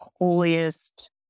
holiest